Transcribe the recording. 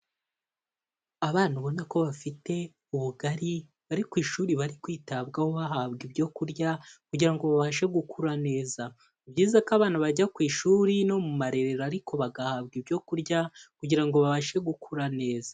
Abana ubona ko bafite ubugari bari ku ishuri bari kwitabwaho bahabwa ibyo kurya kugira ngo babashe gukura neza. Ni byiza ko abana bajya ku ishuri no mu marerero ariko bagahabwa ibyo kurya kugira ngo babashe gukura neza.